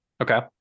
Okay